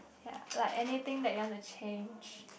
ya like anything you want to change